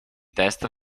test